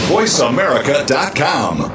VoiceAmerica.com